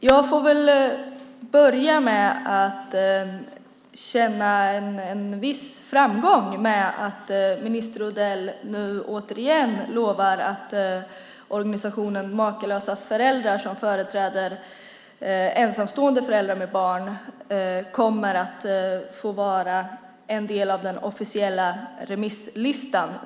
Fru talman! Jag får väl känna viss framgång i och med att minister Odell nu återigen lovar att organisationen Makalösa föräldrar, som företräder ensamstående föräldrar med barn, kommer att få vara en del av den officiella remisslistan.